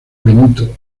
benito